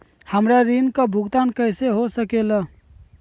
हमरा ऋण का भुगतान कैसे हो सके ला?